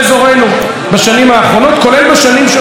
כולל בשנים שבהן היא שימשה בתפקידים,